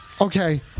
Okay